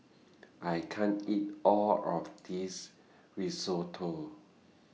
I can't eat All of This Risotto